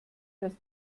dass